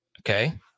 okay